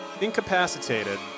incapacitated